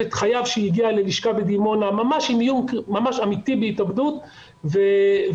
שהגיע ללשכה בדימונה ממש עם איום אמיתי בהתאבדות ורואים